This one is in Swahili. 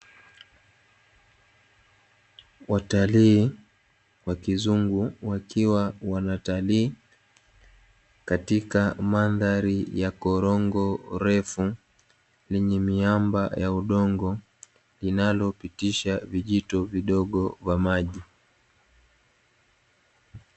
Watalii wakizungu wakiwa wanatalii katika mandhari ya korongo refu lenye miamba ya udongo linalopitisha vijito vidogo vya maji.